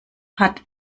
hat